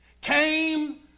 came